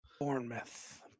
Bournemouth